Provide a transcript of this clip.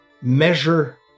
measure